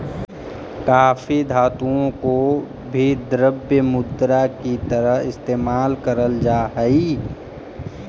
काफी धातुओं को भी द्रव्य मुद्रा की तरह इस्तेमाल करल जा हई